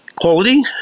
quality